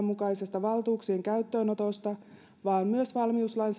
mukaisesta valtuuksien käyttöönotosta vaan myös valmiuslain